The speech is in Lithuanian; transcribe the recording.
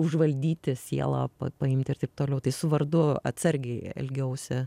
užvaldyti sielą pa paimti ir taip toliau tai su vardu atsargiai elgiausi